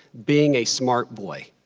being a smart boy,